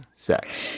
Sex